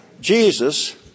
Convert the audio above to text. Jesus